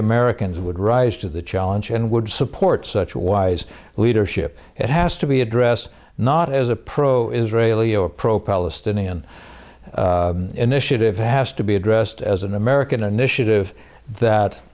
americans would rise to the challenge and would support such wise leadership it has to be addressed not as a pro israeli or pro palestinian initiative has to be addressed as an american initiative that